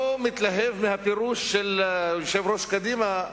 לא מתלהב מהפירוש של יושבת-ראש קדימה,